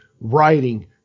writing